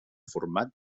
format